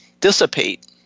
dissipate